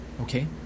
okay